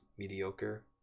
Mediocre